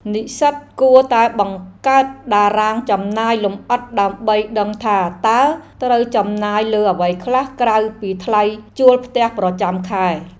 និស្សិតគួរតែបង្កើតតារាងចំណាយលម្អិតដើម្បីដឹងថាតើត្រូវចំណាយលើអ្វីខ្លះក្រៅពីថ្លៃជួលផ្ទះប្រចាំខែ។